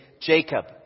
Jacob